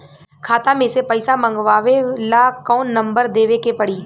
खाता मे से पईसा मँगवावे ला कौन नंबर देवे के पड़ी?